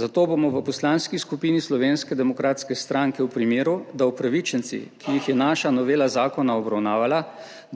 Zato bomo v Poslanski skupini Slovenske demokratske stranke v primeru, da upravičenci, ki jih je naša novela zakona obravnavala